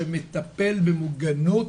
שמטפל במוגנות,